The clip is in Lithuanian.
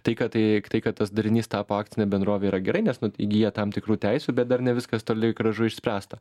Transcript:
tai kad tai tai kad tas darinys tapo akcine bendrove yra gerai nes nu įgyja tam tikrų teisių bet dar ne viskas toli gražu išspręsta